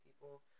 people